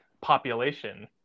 population